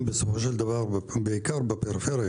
שבסופו של דבר הם נמצאים בעיקר בפריפריה,